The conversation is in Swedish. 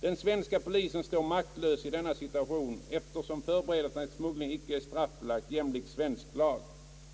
Den svenska polisen står maktlös i denna situation, eftersom förberedelse till smuggling icke är straffbelagd jämlikt svensk lag.